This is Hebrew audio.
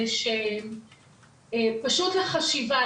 זה פשוט לחשיבה,